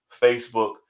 Facebook